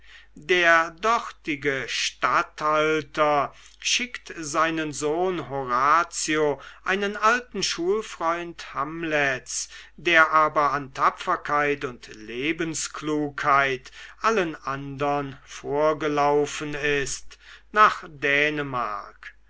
der dortige statthalter schickt seinen sohn horatio einen alten schulfreund hamlets der aber an tapferkeit und lebensklugheit allen andern vorgelaufen ist nach dänemark